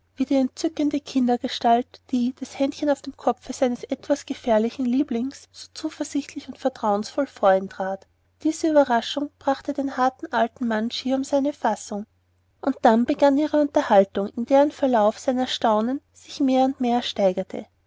wie die entzückende kindergestalt die das händchen auf dem kopfe seines etwas gefährlichen lieblings so zuversichtlich und vertrauensvoll vor ihn trat diese ueberraschung brachte den harten alten mann schier um seine fassung und dann begann ihre unterhaltung in deren verlauf sein erstaunen sich mehr und mehr steigerte